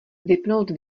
vypnout